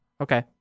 Okay